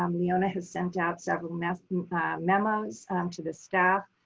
um leona has sent out several memos to memos to the staff,